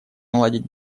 наладить